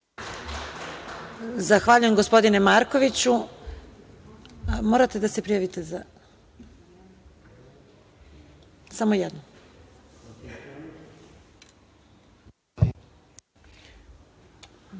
Zahvaljujem, gospodine Markoviću.Za